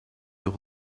your